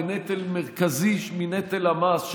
בנטל מרכזי מנטל המס,